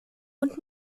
und